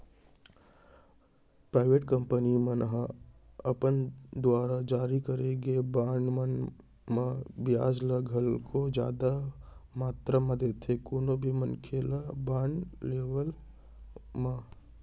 private company मन ह अपन दुवार जारी करे गे बांड मन म बियाज ल घलोक जादा मातरा म देथे कोनो भी मनखे ल बांड लेवई म